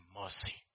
mercy